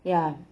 ya